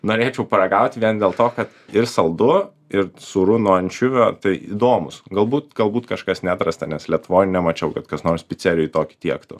norėčiau paragaut vien dėl to kad ir saldu ir sūru nuo ančiuvio tai įdomus galbūt galbūt kažkas neatrasta nes lietuvoj nemačiau kad kas nors picerijoj tokį tiektų